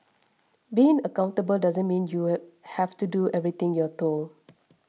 being accountable doesn't mean you it have to do everything you're told